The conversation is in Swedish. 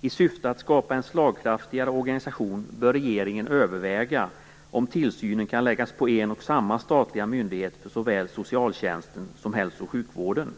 I syfte att skapa en slagkraftigare organisation bör regeringen överväga om tillsynen kan läggas på en och samma statliga myndighet för såväl socialtjänsten som hälso och sjukvården.